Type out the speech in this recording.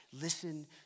Listen